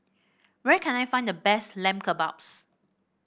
where can I find the best Lamb Kebabs